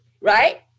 right